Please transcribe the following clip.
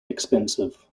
expensive